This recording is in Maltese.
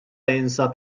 jinsab